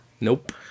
Nope